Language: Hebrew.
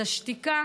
אז השתיקה